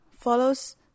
follows